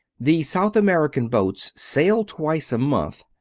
the south american boats sail twice a month.